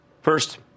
First